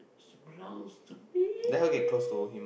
suppose to be